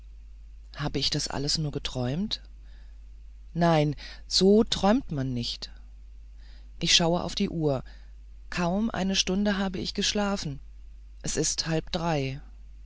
habe ich das alles nur geträumt nein so träumt man nicht ich schaue auf die uhr kaum eine stunde habe ich geschlafen es ist halb drei